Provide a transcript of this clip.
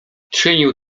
czynił